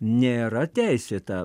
nėra teisėta